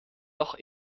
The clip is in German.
doch